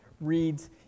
reads